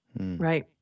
Right